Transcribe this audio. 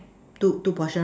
two two portion right